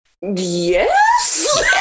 Yes